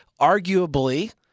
Arguably